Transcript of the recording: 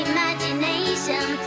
Imagination